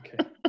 Okay